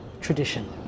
tradition